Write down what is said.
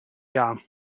jahr